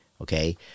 okay